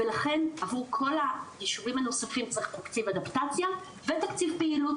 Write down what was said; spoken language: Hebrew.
ולכן עבור כל היישובים הנוספים צריך תקציב אדפטציה ותקציב פעילות,